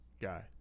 guy